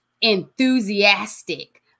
enthusiastic